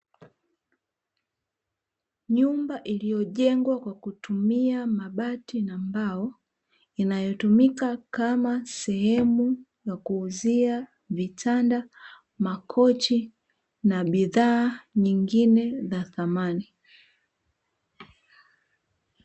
Nyumba iliyojengwa kwa kutumia mabati na mbao, inayotumika kama sehemu ya kuuzia vitanda, makochi na bidhaa nyingine za thamani.